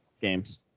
games